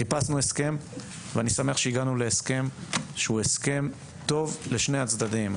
חיפשנו הסכם ואני שמח שהגענו להסכם שהוא הסכם טוב לשני הצדדים.